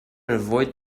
avoid